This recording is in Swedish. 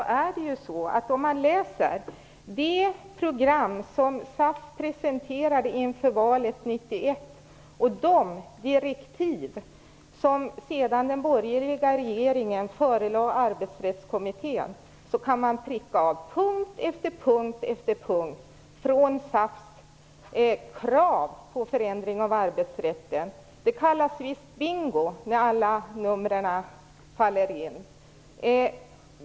När man läser det program som SAF presenterade inför valet 1991 och de direktiv som den borgerliga regeringen sedan förelade Arbetsrättskommittén kan man pricka av punkt efter punkt på krav på ändringar i arbetsrätten från SAF:s sida. Det kallas visst bingo när alla numren faller in.